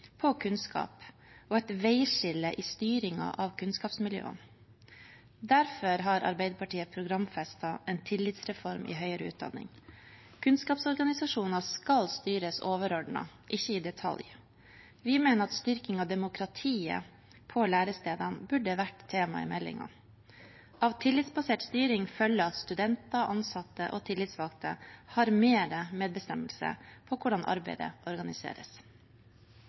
på kunnskap og et veiskille i styringen av kunnskapsmiljøene. Derfor har Arbeiderpartiet programfestet en tillitsreform i høyere utdanning. Kunnskapsorganisasjoner skal styres overordnet, ikke i detalj. Vi mener at styrking av demokratiet på lærestedene burde vært tema i meldingen. Av tillitsbasert styring følger at studenter, ansatte og tillitsvalgte har mer medbestemmelse over hvordan arbeidet organiseres.